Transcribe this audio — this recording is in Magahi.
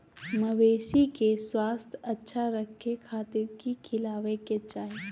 मवेसी के स्वास्थ्य अच्छा रखे खातिर की खिलावे के चाही?